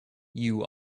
you